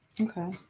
Okay